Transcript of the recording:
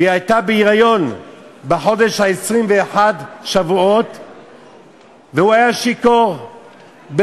שהייתה בהיריון בשבוע ה-22 ונהג שיכור דרס אותה.